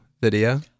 video